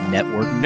Network